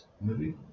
movie